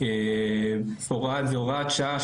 זו הוראת שעה,